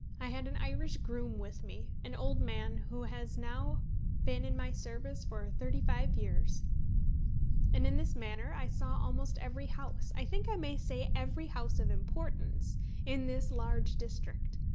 i had an irish groom with me an old man, who has now been in my service for thirty-five years and in this manner i saw almost every house i think i may say every house of importance in this large district.